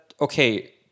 okay